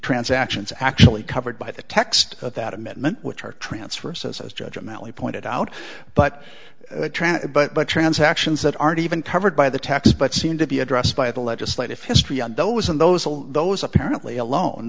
transactions actually covered by the text of that amendment which our transfer says is judgment only pointed out but but but transactions that aren't even covered by the tax but seem to be addressed by the legislative history on those on those all those apparently alone